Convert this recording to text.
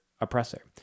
oppressor